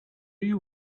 you